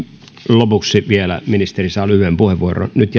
lopuksi vielä ministeri saa lyhyen puheenvuoron nyt